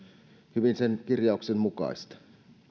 hyvin hallitusohjelman kirjauksen mukaista